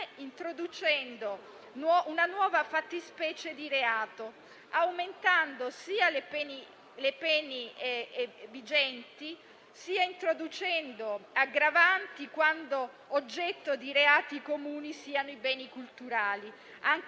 introducendo una nuova fattispecie di reato, sia aumentando le pene vigenti, sia introducendo aggravanti quando oggetto di reati comuni siano i beni culturali. Anche